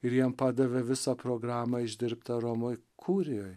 ir jiem padavė visą programą išdirbtą romoj kurijoj